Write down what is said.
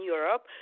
Europe